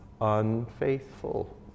unfaithful